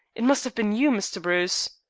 it must have been you, mr. bruce.